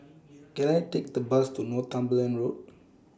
Can I Take The Bus to Northumberland Road